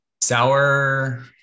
Sour